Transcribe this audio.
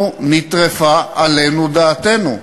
אנחנו, נטרפה עלינו דעתנו.